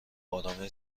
ارامش